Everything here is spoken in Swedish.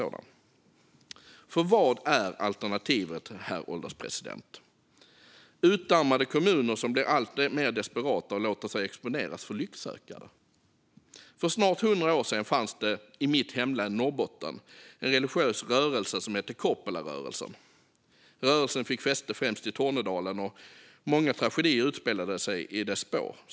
Vad är nämligen alternativet, herr ålderspresident - utarmade kommuner som blir alltmer desperata och låter sig exponeras för lycksökare? För snart hundra år sedan fanns det i mitt hemlän Norrbotten en religiös rörelse som hette Korpelarörelsen. Den fick fäste i främst Tornedalen, och många tragedier utspelade sig i dess spår.